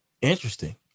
Interesting